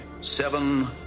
Seven